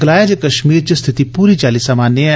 गलाया जे कश्मीर च स्थिति पूरी चाल्ली सामान्य ऐ